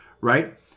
right